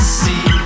see